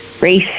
race